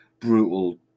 brutal